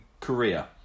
Korea